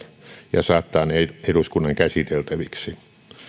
ja saattaa ne eduskunnan käsiteltäviksi